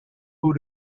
who